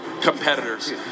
competitors